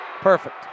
Perfect